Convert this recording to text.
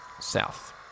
south